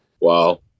Wow